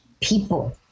people